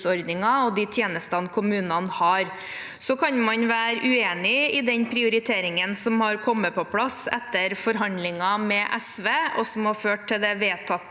og de tjenestene kommunene har. Så kan man være uenig i den prioriteringen som har kommet på plass etter forhandlinger med SV, og som har ført til det vedtatte